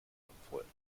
empfohlen